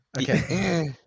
Okay